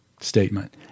statement